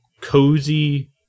cozy